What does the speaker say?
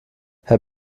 herr